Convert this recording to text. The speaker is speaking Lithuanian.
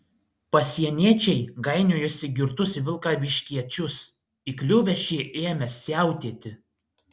pasieniečiai gainiojosi girtus vilkaviškiečius įkliuvę šie ėmė siautėti